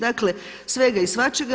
Dakle, svega i svačega.